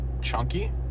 chunky